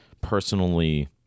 personally